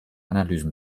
analysen